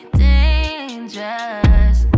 dangerous